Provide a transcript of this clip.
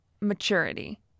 maturity